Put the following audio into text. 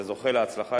זה זוכה להצלחה,